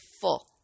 full